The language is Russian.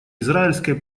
израильской